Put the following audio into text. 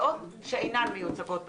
סיעות שאינן מיוצגות בממשלה,